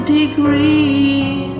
degree